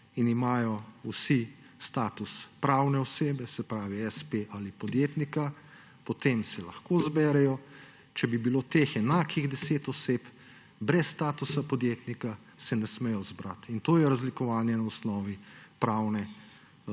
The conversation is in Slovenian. in imajo vsi status pravne osebe, se pravi espe ali podjetnika, potem se lahko zberejo, če bi bilo enakih 10 oseb brez statusa podjetnika, se ne smejo zbrati. In to je razlikovanje na osnovi pravnega